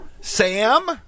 Sam